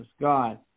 God